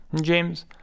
James